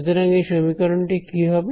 সুতরাং এই সমীকরণটি কি হবে